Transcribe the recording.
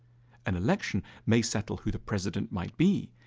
an election may settles who the president might be,